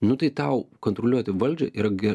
nu tai tau kontroliuoti valdžią yra ge